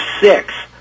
six